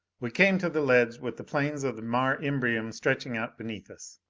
we came to the ledge with the plains of the mare imbrium stretching out beneath us.